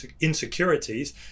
insecurities